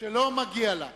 שלא מגיע לה.